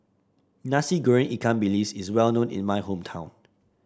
Nasi Goreng Ikan Bilis is well known in my hometown